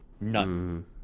None